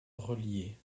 reliés